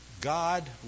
God